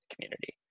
community